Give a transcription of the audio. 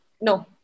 no